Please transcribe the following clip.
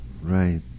right